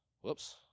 whoops